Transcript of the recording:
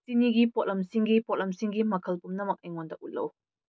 ꯆꯤꯅꯤꯒꯤ ꯄꯣꯠꯂꯝꯁꯤꯡꯒꯤ ꯄꯣꯠꯂꯝꯁꯤꯡꯒꯤ ꯃꯈꯜ ꯄꯨꯝꯅꯃꯛ ꯑꯩꯉꯣꯟꯗ ꯎꯠꯂꯛꯎ